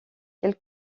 quelle